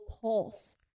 pulse